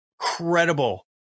incredible